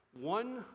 one